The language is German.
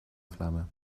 flamme